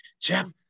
Jeff